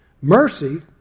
Mercy